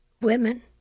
women